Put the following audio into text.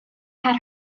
had